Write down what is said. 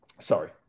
Sorry